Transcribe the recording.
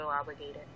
obligated